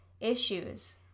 issues